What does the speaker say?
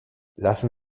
lassen